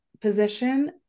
position